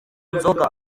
inzoga